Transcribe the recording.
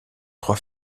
trois